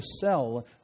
sell